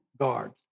guards